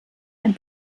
ein